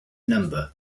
number